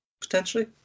Potentially